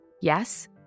Yes